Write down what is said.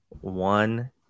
one